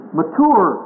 mature